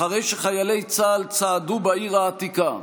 אחרי שחיילי צה"ל צעדו בעיר העתיקה,